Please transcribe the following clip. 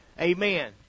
Amen